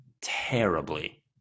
terribly